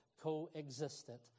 co-existent